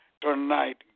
tonight